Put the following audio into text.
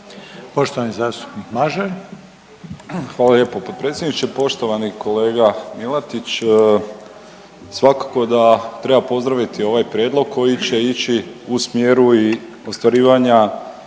Nikola (HDZ)** Hvala lijepo potpredsjedniče. Poštovani kolega Milatić, svakako da treba pozdraviti ovaj prijedlog koji će ići u smjeru i ostvarivanja